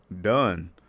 done